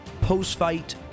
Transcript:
post-fight